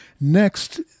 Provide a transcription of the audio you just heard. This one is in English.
Next